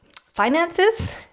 finances